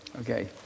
Okay